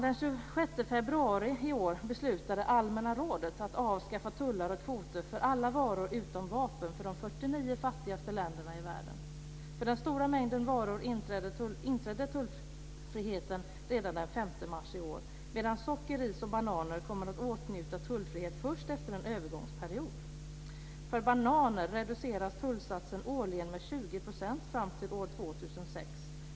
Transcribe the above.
Den 26 februari i år beslutade allmänna rådet att avskaffa tullar och kvoter för alla varor utom vapen för de 49 fattigaste länderna i världen. För den stora mängden varor inträdde tullfriheten redan den 5 mars i år, medan socker, ris och bananer kommer att åtnjuta tullfrihet först efter en övergångsperiod. För bananer reduceras tullsatsen årligen med 20 % fram till år 2006.